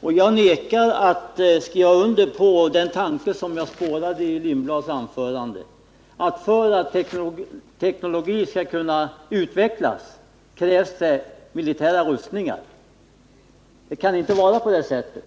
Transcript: Jag vägrar att skriva under på den tanke som jag spårade i Hans Lindblads anförande — att det krävs militära rustningar för att teknologin skall kunna utvecklas. Det kan inte vara på det sättet.